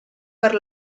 per